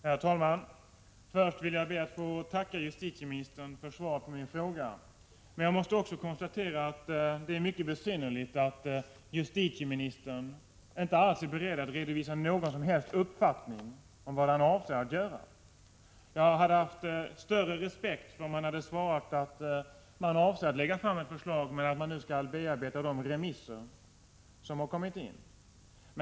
Herr talman! Först vill jag tacka justitieministern för svaret på min fråga. Men jag måste också konstatera att det är mycket besynnerligt att justitieministern inte är beredd att redovisa någon som helst uppfattning om vad han avser att göra. Jag hade haft större respekt om han svarat att man avser att lägga fram ett förslag men att man nu skall bearbeta de remissvar som nu har kommit in.